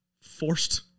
forced